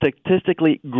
statistically